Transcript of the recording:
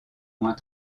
moins